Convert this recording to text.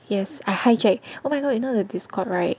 yes I hijack oh my god you know the Discord right